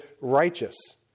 righteous